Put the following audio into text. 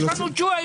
יש לנו נושא.